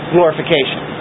Glorification